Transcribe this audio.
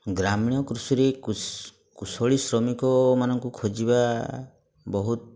ଗ୍ରାମୀଣ କୃଷିରେ କୁଶଳୀ ଶ୍ରମିକମାନଙ୍କୁ ଖୋଜିବା ବହୁତ